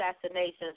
assassinations